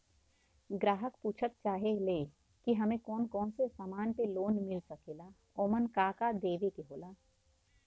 ग्राहक पुछत चाहे ले की हमे कौन कोन से समान पे लोन मील सकेला ओमन का का देवे के होला?